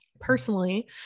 Personally